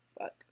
Fuck